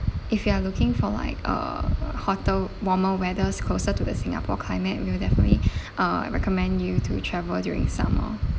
if you are looking for like uh hotter warmer weather closer to the singapore climate will definitely uh I recommend you to travel during summer